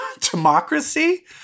democracy